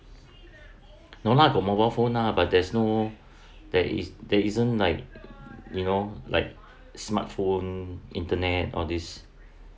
no lah got mobile phone lah but there's no there is there isn't like you know like smart phone internet all these